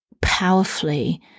powerfully